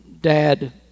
dad